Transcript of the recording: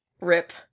Rip